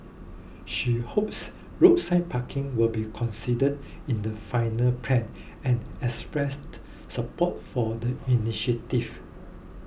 she hopes roadside parking will be considered in the final plans and expressed support for the